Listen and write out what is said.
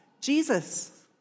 Jesus